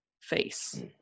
face